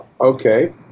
Okay